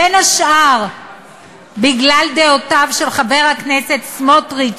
בין השאר בגלל דעותיו של חבר הכנסת סמוטריץ,